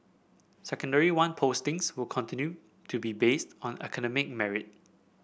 Secondary One postings will continue to be based on academic merit